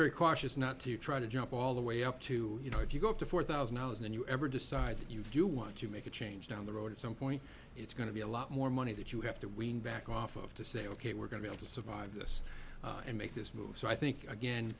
very cautious not to try to jump all the way up to you know if you go up to four thousand dollars and you ever decide that you do want to make a change down the road at some point it's going to be a lot more money that you have to wean back off of to say ok we're going to survive this and make this move so i think again